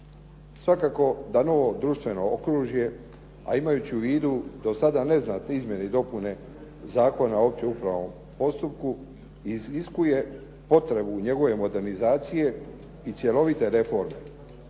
Svakako da novo društveno okružje, a imajući u vidu do sada neznatne izmjene i dopune Zakona o općem upravnom postupku iziskuje potrebu njegove modernizacije i cjelovite reforme